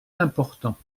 important